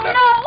no